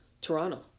Toronto